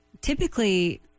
typically